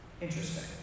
Interesting